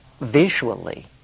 visually